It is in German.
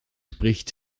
spricht